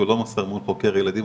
הוא לא מוסר מול חוקר ילדים,